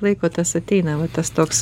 laiko tas ateina va tas toks